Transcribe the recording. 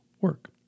work